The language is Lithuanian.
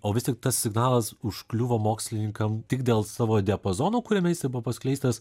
o vis tik tas signalas užkliuvo mokslininkam tik dėl savo diapazono kuriame jisai buvo paskleistas